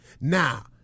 Now